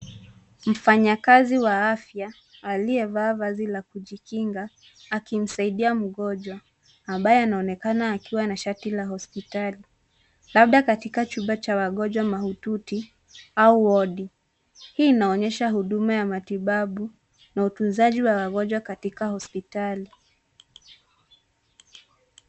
Mfanyakazi wa afya aliyevaa vazi la kujikinga akimsaidia mgonjwa ambaye anaonekana akiwa na shati la hospitali labda katika chumba cha wagonjwa mahututi au wodi. Hii inaonyesha huduma ya matibabu na utunzaji wa wagonjwa katika hospitali.